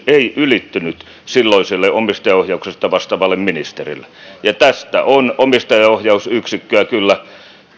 ei ylittynyt silloiselle omistajaohjauksesta vastaavalle ministerille ja tästä on omistajaohjausyksikköä kyllä